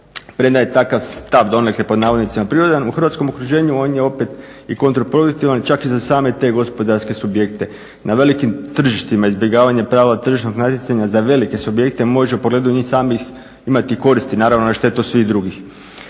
Premda je takav stav donekle pod navodnicima "prirodan" u hrvatskom okruženju on je opet i kontraproduktivan čak i za same te gospodarske subjekte. Na velikim tržištima izbjegavanje prava tržišnog natjecanja za velike subjekte može u pogledu njih samih imati i koristi naravno na štetu svih drugih.